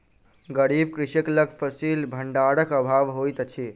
गरीब कृषक लग फसिल भंडारक अभाव होइत अछि